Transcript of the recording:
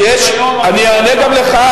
אני אענה גם לך,